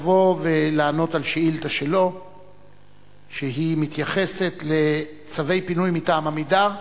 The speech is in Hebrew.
לבוא ולענות על שאילתא אליו שמתייחסת לצווי פינוי מטעם "עמידר".